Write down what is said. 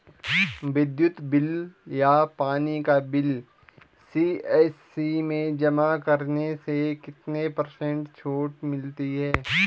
विद्युत बिल या पानी का बिल सी.एस.सी में जमा करने से कितने पर्सेंट छूट मिलती है?